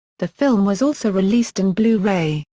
the film was also released in blu-ray.